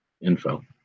info